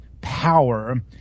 power